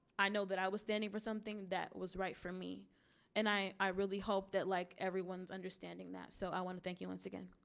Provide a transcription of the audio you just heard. i know that i was standing for something that was right for me and i i really hope that like everyone's understanding that. so i want to thank you once again.